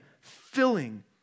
filling